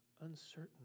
uncertain